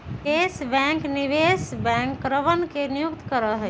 निवेश बैंक निवेश बैंकरवन के नियुक्त करा हई